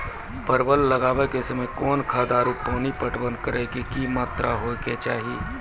परवल लगाबै के समय कौन खाद आरु पानी पटवन करै के कि मात्रा होय केचाही?